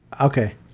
Okay